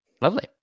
Lovely